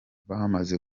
bamaze